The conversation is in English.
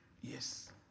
yes